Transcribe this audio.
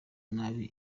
nabi